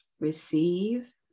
Receive